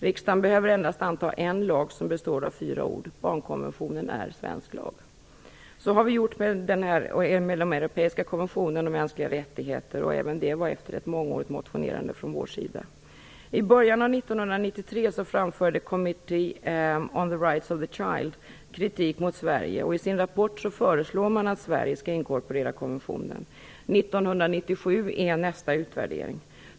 Riksdagen behöver endast anta en lag som består av fyra ord: Barnkonventionen är svensk lag. Så har vi gjort med Europeiska konventionen om mänskliga rättigheter - även det efter ett mångårigt motionerande från Vänsterpartiet. Rights of the Child kritik mot Sverige, och i sin rapport föreslår man att Sverige skall inkorporera konventionen. Nästa utvärdering kommer under 1997.